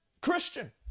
Christian